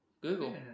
Google